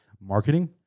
marketing